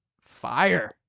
fire